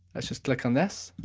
let's just click on this.